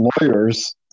lawyers –